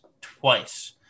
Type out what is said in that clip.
twice